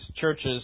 churches